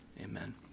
Amen